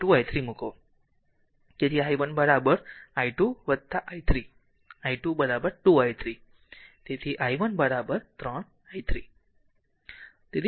તેથી i 1 i2 i 3 i2 2 i 3 તેથી i 1 3 i 3